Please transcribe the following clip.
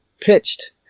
pitched